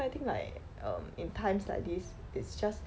so I think like um in times like these it's just